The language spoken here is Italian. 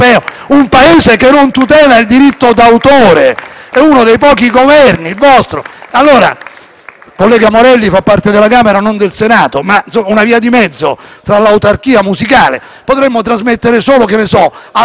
collega Morelli fa parte della Camera e non del Senato, ma occorrerebbe una via di mezzo. Se volete l'autarchia musicale, potremmo trasmettere solo Al Bano e Toto Cutugno, in senso di solidarietà per l'aggressione che hanno subito sul piano internazionale.